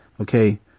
Okay